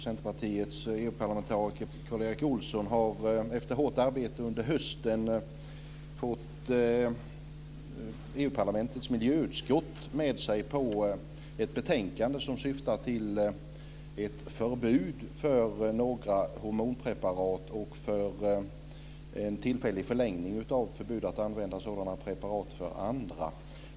Centerpartiets EU-parlamentariker Karl Erik Olsson har efter hårt arbete under hösten fått EU parlamentets miljöutskott med sig på ett betänkande som syftar till ett förbud för några hormonpreparat och för en tillfällig förlängning av förbudet att använda sådana preparat för andra.